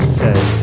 says